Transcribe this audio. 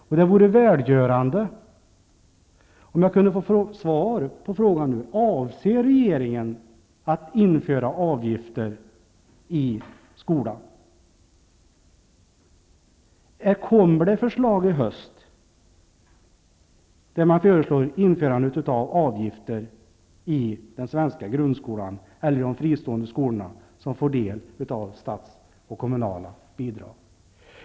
Det skulle vara välgörande om jag kunde få svar när jag frågar: Avser regeringen att införa avgifter i skolan? Kommer det förslag i höst om införandet av avgifter i den svenska grundskolan eller i de fristående skolor som får del av statsbidrag och kommunala bidrag?